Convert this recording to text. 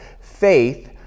faith